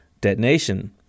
detonation